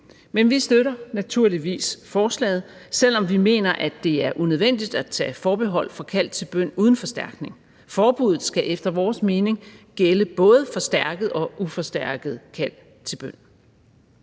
Men vi støtter naturligvis forslaget, selv om vi mener, at det er unødvendigt at tage forbehold for kald til bøn uden forstærkning. Forbuddet skal efter vores mening gælde både forstærket og uforstærket kald til bøn.